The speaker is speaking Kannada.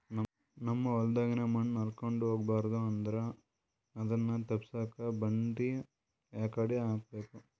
ನಮ್ ಹೊಲದಾಗಿನ ಮಣ್ ಹಾರ್ಕೊಂಡು ಹೋಗಬಾರದು ಅಂದ್ರ ಅದನ್ನ ತಪ್ಪುಸಕ್ಕ ಬಂಡಿ ಯಾಕಡಿ ಹಾಕಬೇಕು?